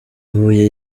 huye